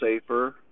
safer